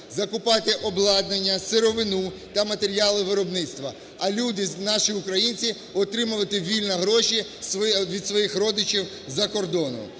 Закупати обладнання, сировину та матеріали виробництва, а люди, наші українці, – отримувати вільно гроші від своїх родичів з-за кордону.